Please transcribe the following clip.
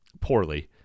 Poorly